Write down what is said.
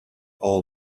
all